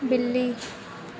बिल्ली